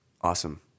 Awesome